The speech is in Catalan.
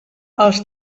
els